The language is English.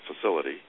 facility